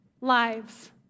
lives